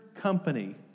company